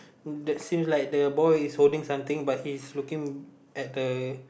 that seems like the boy is holding something but he's looking at the